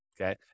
okay